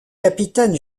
capitaine